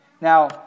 Now